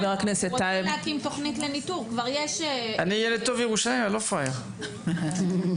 התוכנית להתמודדות עם מניעת אלימות ודחייה חברתית וחרם.